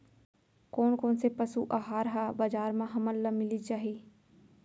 कोन कोन से पसु आहार ह बजार म हमन ल मिलिस जाही?